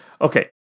okay